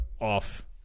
off